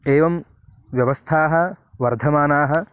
एवं व्यवस्थाः वर्धमानाः